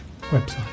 website